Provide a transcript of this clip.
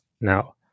now